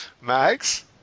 Max